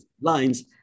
lines